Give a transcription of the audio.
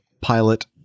pilot